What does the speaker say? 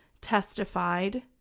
testified